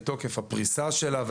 מתוקף הפריסה שלה,